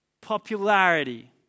popularity